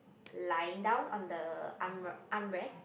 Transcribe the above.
lying down on the arm armrest